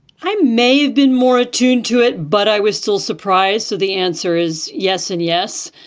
i may have been more attuned to it, but i was still surprised. so the answer is yes and yes.